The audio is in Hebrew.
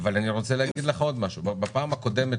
כל קופסאות